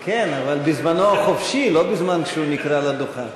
כן, אבל בזמנו החופשי, לא בזמן שהוא נקרא לדוכן.